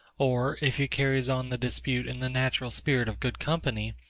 or, if he carries on the dispute in the natural spirit of good company,